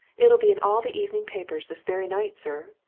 it'll be in all the evening papers this very night, sir.